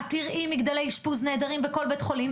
מגדלי אשפוז נהדרים בכל בית חולים.